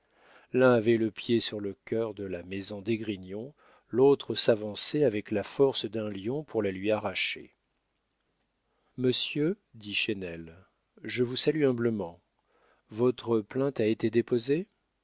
l'un avait le pied sur le cœur de la maison d'esgrignon l'autre s'avançait avec la force d'un lion pour la lui arracher monsieur dit chesnel je vous salue humblement votre plainte a été déposée